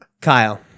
Kyle